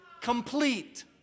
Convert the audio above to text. complete